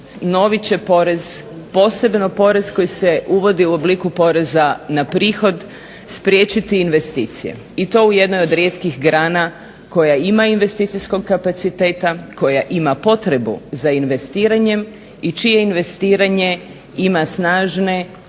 Novi će porez, posebno porez koji se uvodi u obliku poreza na prihod spriječiti investicije i to u jednoj od rijetkih grana koja ima investicijskog kapaciteta, koja ima potrebu za investiranjem i čije investiranje ima snažne